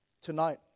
tonight